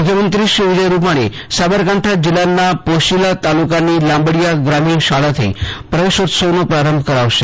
મુખ્યમંત્રી વિજય રુપાણી સાબરકાંઠા જિલ્લાના પોશીના તાલુકાની લાંબડીયા ગ્રામીણ શાળાથી પ્રવેશોત્સવનો પ્રારંભ કરાવશે